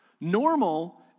Normal